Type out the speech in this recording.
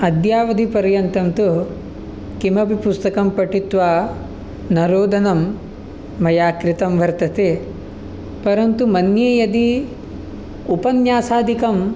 अद्यावदिपर्यन्तं तु किमपि पुस्तकं पठित्वा न रोदनं मया कृतं वर्तते परन्तु मन्ये यदि उपन्यासादिकं